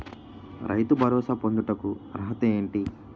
రైతు భరోసా పొందుటకు అర్హత ఏంటి?